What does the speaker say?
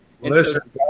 Listen